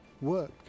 work